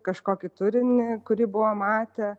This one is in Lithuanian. kažkokį turinį kurį buvom matę